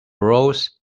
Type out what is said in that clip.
rose